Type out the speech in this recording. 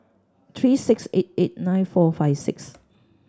three six eight eight nine four five six